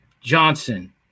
Johnson